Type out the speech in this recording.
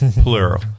plural